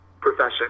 profession